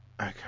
okay